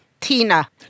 Tina